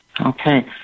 Okay